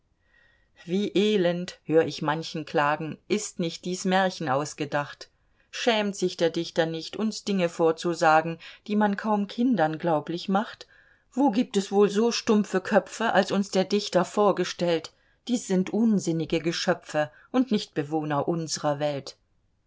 wie elend hör ich manchen klagen ist nicht dies märchen ausgedacht schämt sich der dichter nicht uns dinge vorzusagen die man kaum kindern glaublich macht wo gibt es wohl so stumpfe köpfe als uns der dichter vorgestellt dies sind unsinnige geschöpfe und nicht bewohner unsrer welt